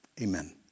Amen